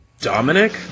Dominic